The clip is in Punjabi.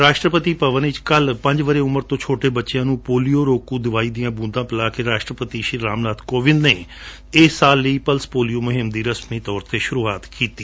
ਰਾਸ਼ਟਰਪਡੀ ਭਵਨ ਵਿਚ ਕੱਲੁ ਪੰਜ ਵਰੇ ਉਮਰ ਤੋਂ ਛੋਟੇ ਬੱਚਿਆਂ ਨੂੰ ਪੋਲਿਓ ਰੋਕੁ ਦਵਾਈ ਦੀਆਂ ਬੂੰਦਾਂ ਪਿਲਾ ਕੇ ਰਾਸਟਰਪਤੀ ਸ਼ੀ ਰਾਮਨਾਬ ਕੋਵਿੰਦ ਨੇ ਇਸ ਸਾਲ ਲਈ ਪਲਸ ਪੋਲਿਓ ਮੁਹਿਮ ਦੀ ਰਸਮੀ ਤੌਰ ਤੇ ਸ਼ੁਰੂਆਤ ਕੀਤੀ